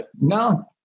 No